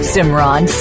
Simran